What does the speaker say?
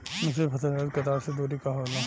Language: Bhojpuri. मिश्रित फसल हेतु कतार के दूरी का होला?